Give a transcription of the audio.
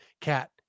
cat